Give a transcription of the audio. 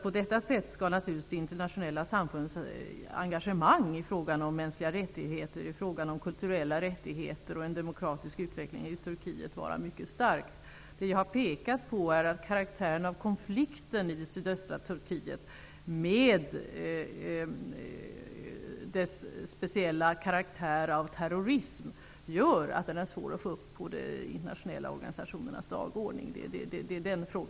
På detta sätt skall naturligtvis det internationella samfundets engagemang i fråga om de mänskliga och kulturella rättigheterna och en demokratisk utveckling i Turkiet vara mycket starkt. Vi har pekat på att karaktären på konflikten i sydöstra Turkiet med dessa speciella drag av terrorism gör det svårt att föra upp den på de internationella organisationernas dagordning.